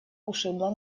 ушибла